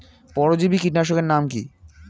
পরজীবী কীটনাশকের নাম কি?